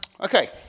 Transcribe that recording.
Okay